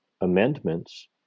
amendments